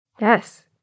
Yes